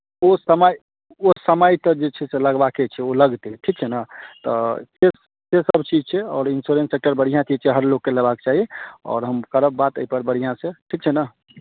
ओ समय ओ समय तऽ जे छै से लगबाके छै ओ लगतै ठीक छै ने तऽ सेसभ चीज छै आओर इन्स्योरेन्स सेक्टर बढ़िआँ चीज छै हर लोककेँ लेबाक चाही आओर हम करब बात एहिपर बढ़िआँसँ ठीक छै ने